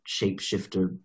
shapeshifter